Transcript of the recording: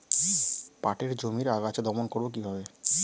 পাটের জমির আগাছা দমন করবো কিভাবে?